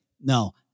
No